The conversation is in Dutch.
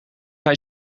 hij